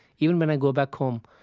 even when i go back home,